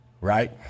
right